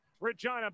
Regina